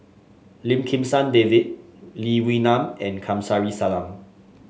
Lim Kim San David Lee Wee Nam and Kamsari Salam